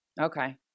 Okay